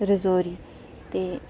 रजौरी ते